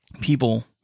people